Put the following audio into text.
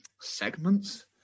segments